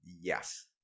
Yes